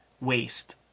waste